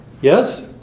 Yes